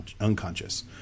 unconscious